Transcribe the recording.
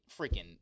freaking